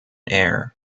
air